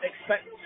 expect